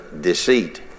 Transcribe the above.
deceit